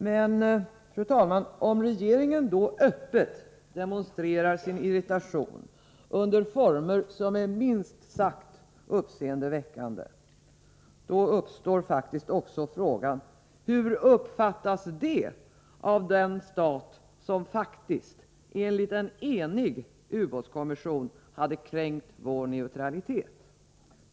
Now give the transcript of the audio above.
Men om regeringen då öppet demonstrerar sin irritation under former som är minst sagt uppseendeväckande, uppstår också frågan: Hur uppfattas det av den stat som faktiskt enligt en enig ubåtskommisson har kränkt vår neutralitet?